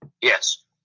Yes